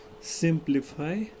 simplify